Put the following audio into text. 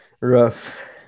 Rough